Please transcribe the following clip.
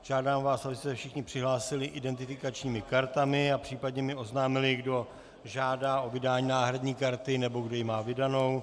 Žádám vás, abyste se všichni přihlásili identifikačními kartami a případně mi oznámili, kdo žádá o vydání náhradní karty nebo kdo ji má vydanou.